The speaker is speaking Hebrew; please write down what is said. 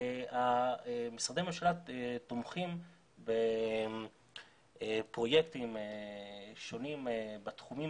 שמשרדי הממשלה תומכים בפרויקטים שונים בתחומים